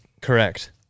correct